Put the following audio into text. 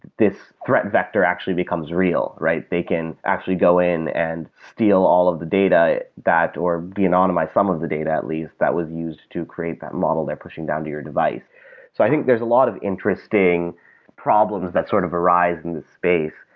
this threat vector actually becomes real, right? they can actually go in and steal all of the data or de-anonymize some of the data at least that was used to create that model they're pushing down to your device. so i think there's a lot of interesting problems that sort of arise in this space,